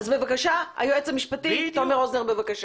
אז בבקשה היועץ המשפטי תומר רוזנר, בבקשה.